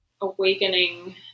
awakening